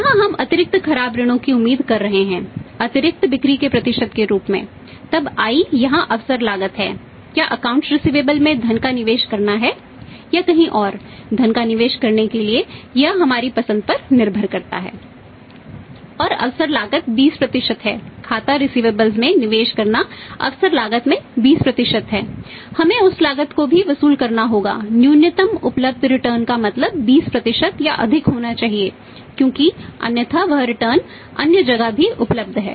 यहां हम अतिरिक्त खराब ऋणों की उम्मीद कर रहे हैं अतिरिक्त बिक्री के प्रतिशत के रूप में तब i यहां अवसर लागत है क्या अकाउंट्स रिसिवेबलस अन्य जगह भी उपलब्ध है